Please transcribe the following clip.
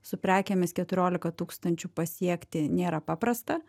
su prekėmis keturiolika tūkstančių pasiekti nėra paprasta